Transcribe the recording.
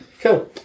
Cool